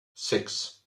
six